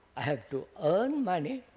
i have to earn money